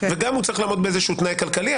וגם הוא צריך לעמוד באיזשהו תנאי כלכלי.